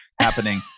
happening